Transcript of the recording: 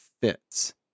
fits